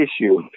issue